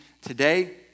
today